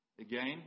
again